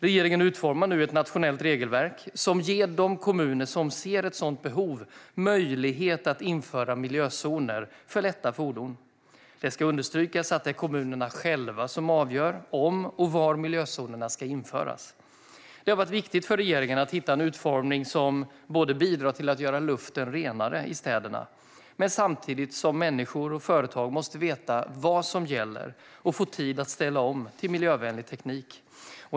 Regeringen utformar nu ett nationellt regelverk som ger de kommuner som ser ett sådant behov möjlighet att införa miljözoner för lätta fordon. Det ska understrykas att det är kommunerna själva som avgör om och var miljözoner ska införas. Det har varit viktigt för regeringen att hitta en utformning som bidrar till att göra luften renare i städerna samtidigt som människor och företag måste veta vad som gäller och få tid att ställa om till miljövänlig teknik.